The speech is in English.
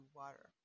water